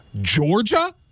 Georgia